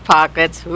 Pockets